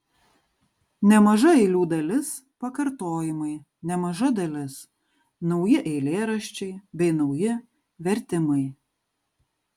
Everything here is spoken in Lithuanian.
nemaža eilių dalis pakartojimai nemaža dalis nauji eilėraščiai bei nauji vertimai